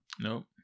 Nope